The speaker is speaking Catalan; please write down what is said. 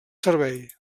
servei